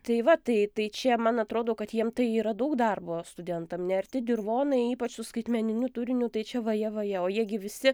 tai va tai tai čia man atrodo kad jiem tai yra daug darbo studentam nearti dirvonai ypač su skaitmeniniu turiniu tai čia vaje vaje o jie gi visi